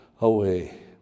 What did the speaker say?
away